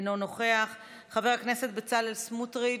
אינו נוכח, חבר הכנסת בצלאל סמוטריץ'